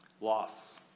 Loss